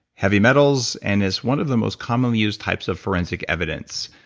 heavy metals, and is one of the most commonly used types of forensic evidence.